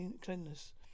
cleanliness